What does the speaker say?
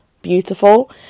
beautiful